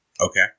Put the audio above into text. Okay